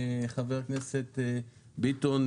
חבר הכנסת ביטון,